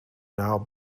now